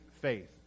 faith